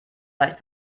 leicht